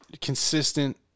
consistent